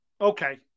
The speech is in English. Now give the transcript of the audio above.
okay